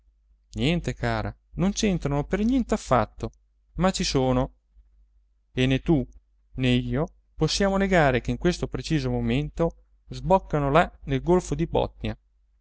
niente cara non c'entrano per niente affatto ma ci sono e né tu né io possiamo negare che in questo preciso momento sboccano là nel golfo di